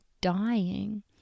dying